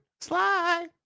Sly